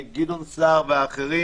גדעון סער ואחרים,